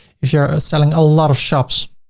if you're ah selling a lot of shops,